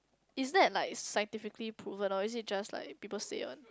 is there like scientifically proven or is it just like people said one